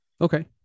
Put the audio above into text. okay